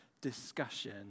discussion